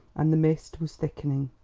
and the mist was thickening.